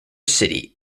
city